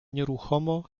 nieruchomo